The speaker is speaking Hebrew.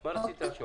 מה רצית להגיד?